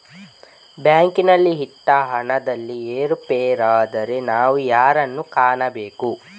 ಬ್ಯಾಂಕಿನಲ್ಲಿ ಇಟ್ಟ ಹಣದಲ್ಲಿ ಏರುಪೇರಾದರೆ ನಾವು ಯಾರನ್ನು ಕಾಣಬೇಕು?